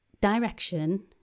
direction